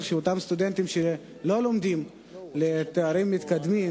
שאותם סטודנטים שלא לומדים לתארים מתקדמים,